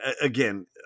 again